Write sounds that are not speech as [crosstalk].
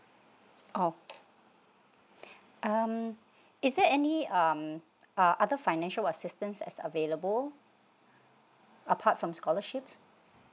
oh [breath] um is there any um uh other financial assistance as available apart from scholarships